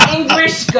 English